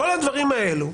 וכל הדברים האלה,